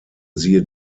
siehe